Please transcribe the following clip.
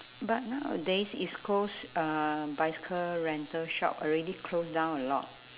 but nowadays east coast uh bicycle rental shop already close down a lot